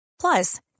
Plus